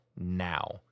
now